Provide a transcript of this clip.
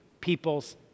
people's